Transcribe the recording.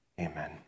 Amen